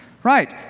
right.